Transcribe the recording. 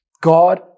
god